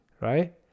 right